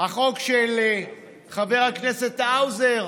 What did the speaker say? החוק של חבר הכנסת האוזר